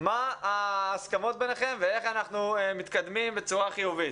מה ההסכמות ביניכם ואיך אנחנו מתקדמים בצורה חיובית.